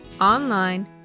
Online